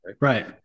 Right